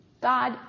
God